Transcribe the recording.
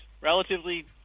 relatively